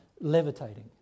levitating